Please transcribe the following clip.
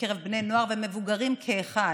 בקרב בני נוער ומבוגרים כאחד,